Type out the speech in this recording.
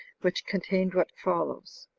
which contained what follows